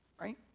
Right